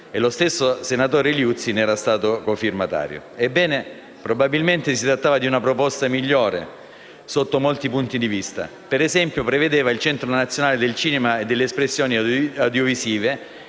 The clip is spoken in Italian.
e lo stesso senatore Liuzzi ne era stato cofirmatario. Probabilmente si trattava di una proposta migliore sotto molti punti di vista: ad esempio, prevedeva il Centro nazionale del cinema e delle espressioni audiovisive,